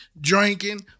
drinking